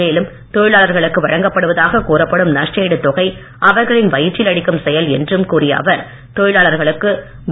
மேலும் தொழிலாளர்களுக்கு வழங்கப்படுவதாக கூறப்படும் நஷ்ட ஈடு தொகை அவர்களின் வயிற்றில் அடிக்கும் செயல் என்றும் கூறிய அவர் தொழிலாளர்கள் வி